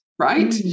Right